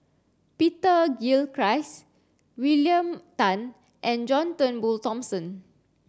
Peter Gilchrist William Tan and John Turnbull Thomson